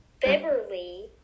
Beverly